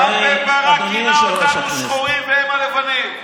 רם בן ברק כינה אותנו שחורים והם הלבנים.